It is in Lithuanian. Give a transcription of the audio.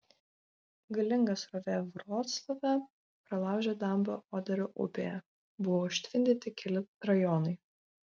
galinga srovė vroclave pralaužė dambą oderio upėje buvo užtvindyti keli rajonai